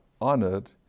honored